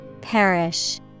Perish